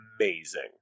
amazing